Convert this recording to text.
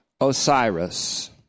Osiris